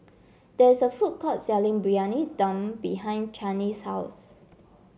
there is a food court selling Briyani Dum behind Channie's house